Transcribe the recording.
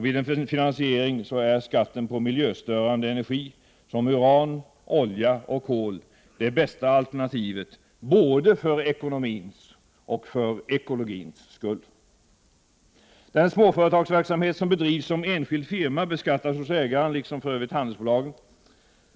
Vid en finansiering är skatten på miljöstörande energi som uran, olja och kol det bästa alternativet, både för ekonomins och för ekologins skull! Den småföretagsverksamhet som bedrivs som enskild firma beskattas hos ägaren liksom fallet för övrigt är för handelsbolagen.